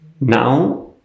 now